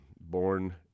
born